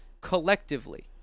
collectively